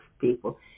people